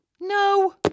No